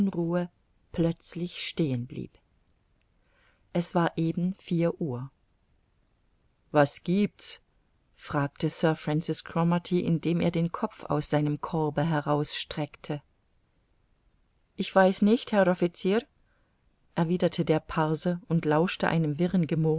plötzlich stehen blieb es war eben vier uhr was giebt's fragte sir francis cromarty indem er den kopf aus seinem korbe heraussteckte ich weiß nicht herr officier erwiderte der parse und lauschte einem wirren